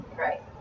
right